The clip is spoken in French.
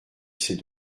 ces